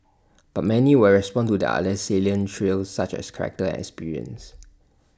but many will respond to the other salient traits such as character experience